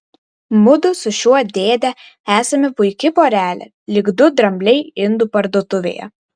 mudu su šiuo dėde esame puiki porelė lyg du drambliai indų parduotuvėje